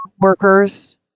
workers